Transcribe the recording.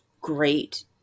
great